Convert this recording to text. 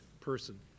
person